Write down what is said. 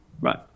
Right